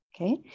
okay